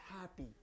happy